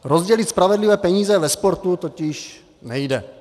Rozdělit spravedlivě peníze ve sportu totiž nejde.